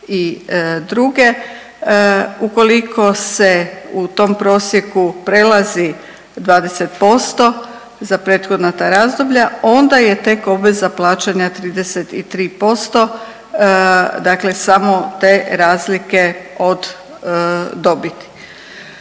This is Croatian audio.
do 2022. Ukoliko se u tom prosjeku prelazi 20% za prethodna ta razdoblja onda je tek obveza plaćanja 33%, dakle samo te razlike od dobiti.